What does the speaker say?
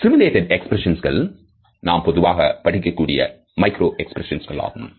simulated எக்ஸ்பிரஷன்ஸ்கள் நாம் பொதுவாக படிக்கக்கூடிய மைக்ரோ எக்ஸ்பிரஷன்ஸ்களாகும்